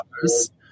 others